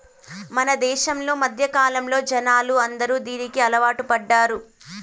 మన దేశంలో మధ్యకాలంలో జనాలు అందరూ దీనికి అలవాటు పడ్డారు